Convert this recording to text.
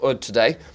today